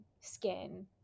skin